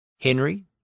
Henry